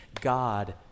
God